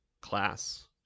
class